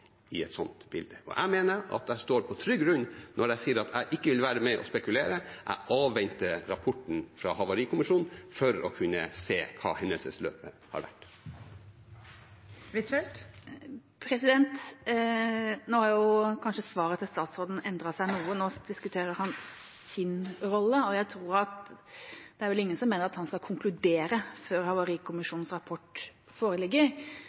i et sånt bilde? Jeg mener at jeg står på trygg grunn når jeg sier at jeg ikke vil være med på å spekulere, og at jeg avventer rapporten fra Havarikommisjonen for å kunne se hva hendelsesforløpet kan ha vært. Nå har kanskje svaret til statsråden endret seg, for nå diskuterer han sin rolle. Jeg tror vel ingen mener at han skal konkludere før Havarikommisjonens rapport foreligger.